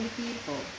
people